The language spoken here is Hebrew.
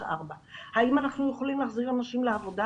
האם אנחנו יכולים להחזיר אנשים לעבודה?